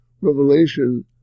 revelation